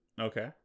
Okay